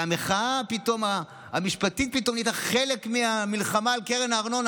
והמחאה המשפטית פתאום נהייתה חלק מהמלחמה על קרן הארנונה.